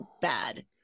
bad